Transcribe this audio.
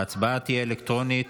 ההצבעה תהיה אלקטרונית.